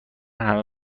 همه